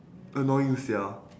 annoying sia